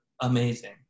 amazing